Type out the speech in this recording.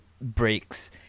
breaks